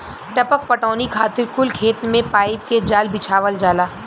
टपक पटौनी खातिर कुल खेत मे पाइप के जाल बिछावल जाला